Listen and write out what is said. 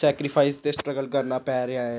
sacrifice ਅਤੇ struggle ਕਰਨਾ ਪੈ ਰਿਹਾ ਏ